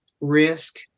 Risk